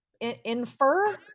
Infer